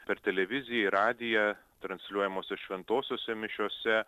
per televiziją ir radiją transliuojamose šventosiose mišiose